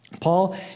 Paul